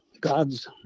God's